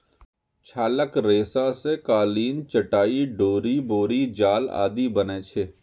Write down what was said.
छालक रेशा सं कालीन, चटाइ, डोरि, बोरी जाल आदि बनै छै